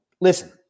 listen